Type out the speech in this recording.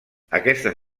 aquestes